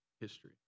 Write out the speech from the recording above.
history